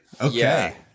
Okay